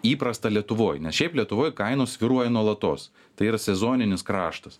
įprasta lietuvoj nes šiaip lietuvoj kainos svyruoja nuolatos tai yra sezoninis kraštas